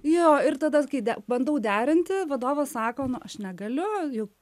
jo ir tada kai de bandau derinti vadovas sako nu aš negaliu juk